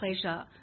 pleasure